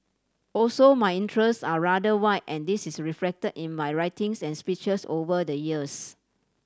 also my interest are rather wide and this is reflect in my writings and speeches over the years